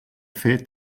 fer